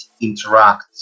interact